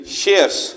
shares